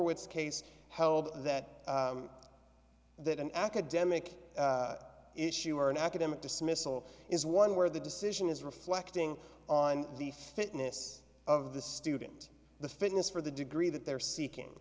z case held that that an academic issue or an academic dismissal is one where the decision is reflecting on the fitness of the student the fitness for the degree that they're seeking